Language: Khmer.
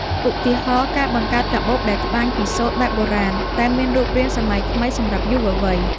ឧទាហរណ៍ ការបង្កើតកាបូបដែលត្បាញពីសូត្របែបបុរាណតែមានរូបរាងសម័យថ្មីសម្រាប់យុវវ័យ។